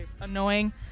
annoying